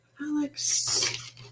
Alex